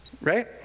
Right